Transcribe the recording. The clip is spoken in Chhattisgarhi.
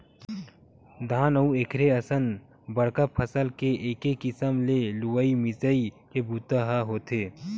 धान अउ एखरे असन बड़का फसल के एके किसम ले लुवई मिजई के बूता ह होथे